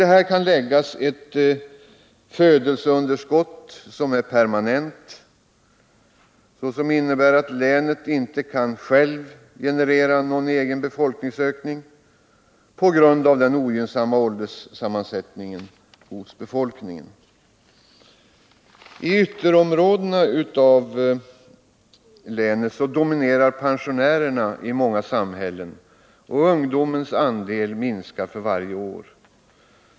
Härtill kan läggas att födelseunderskottet är permanent. Det innebär att länet inte kan generera någon egen befolkningsökning på grund av den ogynnsamma ålderssammansättningen hos befolkningen. I länets ytterområden dominerar pensionärerna i många samhällen, och ungdomens andel minskar för varje år.